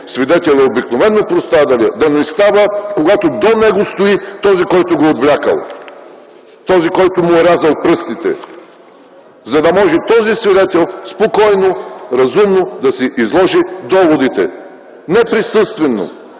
свидетел обикновено е пострадалият, да не става, когато до него стои този, който го е отвлякъл, който му е рязал пръстите, за да може този свидетел спокойно, разумно да си изложи доводите. Неприсъствено